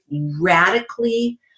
radically